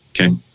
okay